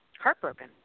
Heartbroken